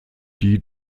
die